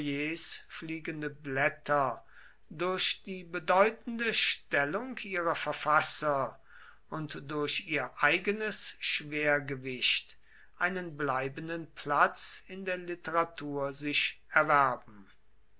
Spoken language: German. fliegende blätter durch die bedeutende stellung ihrer verfasser und durch ihr eigenes schwergewicht einen bleibenden platz in der literatur sich erwarben